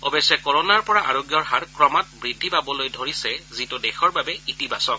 অৱশ্যে কোৰানাৰ পৰা আৰোগ্যৰ হাৰ ক্ৰমাৎ বৃদ্ধি পাবলৈ ধৰিছে যিটো দেশৰ বাবে ইতিবাচক